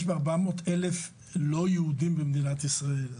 יש כ-400,000 לא יהודים במדינת ישראל,